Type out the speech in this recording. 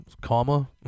comma